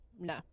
No